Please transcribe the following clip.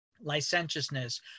licentiousness